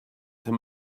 him